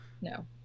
no